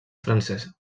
francesa